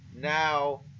Now